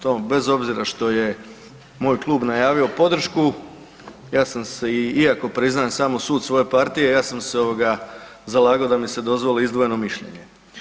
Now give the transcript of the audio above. To bez obzira što je moj klub najavio podršku, ja sam se iako priznam samo sud svoje partije, ja sam se ovoga zalagao da mi se dozvoli izdvojeno mišljenje.